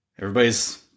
everybody's